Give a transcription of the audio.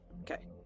Okay